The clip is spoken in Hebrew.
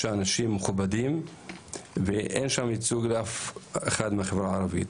אנשים מכובדים ואין שם ייצוג לאף אחד מהחברה הערבית.